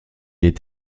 est